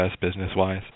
business-wise